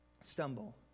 stumble